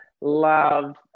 love